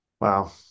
Wow